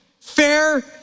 fair